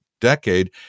decade